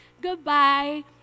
goodbye